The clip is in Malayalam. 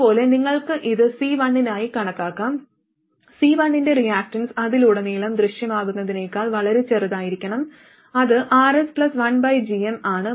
അതുപോലെ നിങ്ങൾക്ക് ഇത് C1 നായി കണക്കാക്കാം C1 ന്റെ റിയാക്റ്റൻസ് അതിലുടനീളം ദൃശ്യമാകുന്നതിനേക്കാൾ വളരെ ചെറുതായിരിക്കണം അത് Rs1gm ആണ്